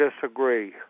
disagree